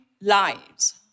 lives